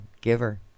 giver